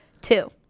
Two